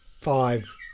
five